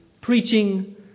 preaching